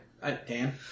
Dan